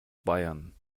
bayern